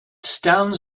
stands